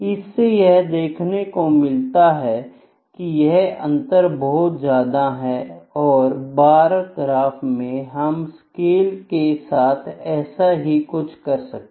इससे यह देखने को मिलता है कि यह अंतर बहुत ज्यादा है और बार ग्राफ में हम स्केल के साथ ऐसे ही कुछ कर रहे हैं